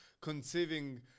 conceiving